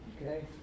Okay